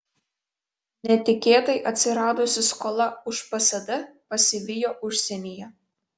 netikėtai atsiradusi skola už psd pasivijo užsienyje